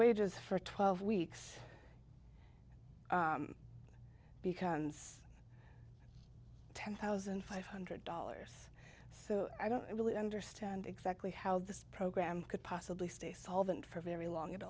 wages for twelve weeks becomes ten thousand five hundred dollars so i don't really understand exactly how this program could possibly stay solvent for very long at